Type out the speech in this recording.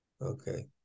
Okay